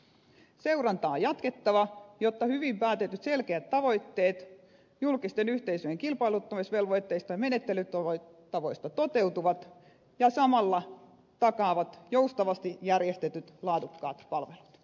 seurantaa on jatkettava jotta hyvin päätetyt selkeät tavoitteet julkisten yhteisöjen kilpailuttamisvelvoitteista ja menettelytavoista toteutuvat ja samalla takaavat joustavasti järjestetyt laadukkaat palvelut